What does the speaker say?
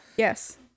Yes